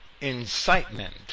incitement